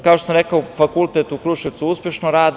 Kao što sam rekao, fakultet u Kruševcu uspešno radi.